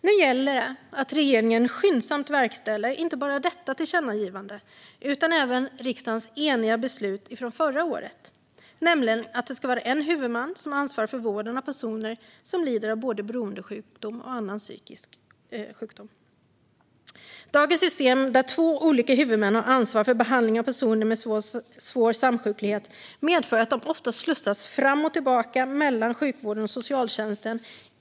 Nu gäller det att regeringen skyndsamt verkställer inte bara detta tillkännagivande utan även riksdagens eniga beslut från förra året, nämligen att det ska vara en huvudman som ansvarar för vården av personer som lider av både beroendesjukdom och annan psykisk sjukdom. Dagens system, där två olika huvudmän har ansvar för behandling av personer med svår samsjuklighet, medför att de ofta slussas fram och tillbaka mellan sjukvården och socialtjänsten.